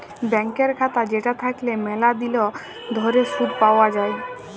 ব্যাংকের খাতা যেটা থাকল্যে ম্যালা দিল ধরে শুধ পাওয়া যায়